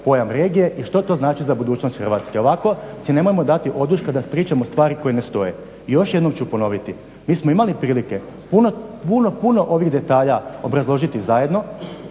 pojam regije i što to znači za budućnost Hrvatske. Ovako si nemojmo dati oduška da pričamo stvari koje ne stoje. Još jednom ću ponoviti, mi smo imali prilike puno ovih detalja obrazložiti zajedno